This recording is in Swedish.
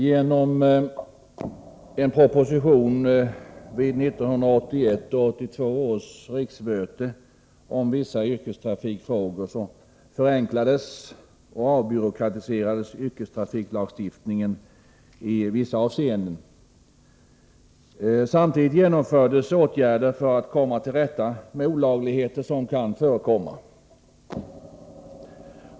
Herr talman! Genom en vid 1981/82 års riksmöte framlagd propositionen om vissa yrkestrafikfrågor förenklades och avbyråkratiserades yrkestrafiklagstiftningen i vissa avseenden. Samtidigt genomfördes åtgärder för att komma till rätta med olagligheter som kan förekomma.